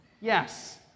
Yes